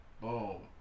Boom